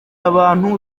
abantu